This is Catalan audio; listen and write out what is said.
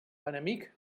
enemic